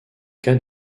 cas